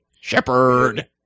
Shepherd